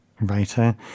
writer